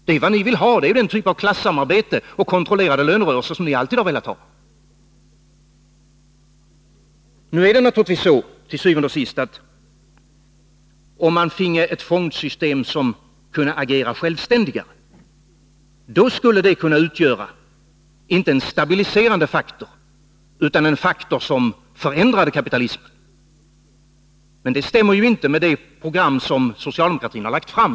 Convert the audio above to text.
Det är den typ av klassamarbete och kontrollerade lönerörelser som ni alltid har velat ha. Nu är det naturligtvis så til syvende og sidst, att om man finge ett fondsystem som kunde agera självständigare, skulle det kunna utgöra inte en stabiliserande faktor utan en faktor som förändrade kapitalismen. Men det stämmer ju inte med det program som socialdemokratin har lagt fram.